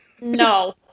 No